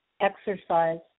exercise